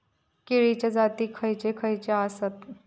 केळीचे जाती खयचे खयचे आसत?